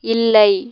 இல்லை